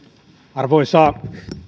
arvoisa